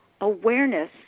awareness